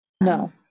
No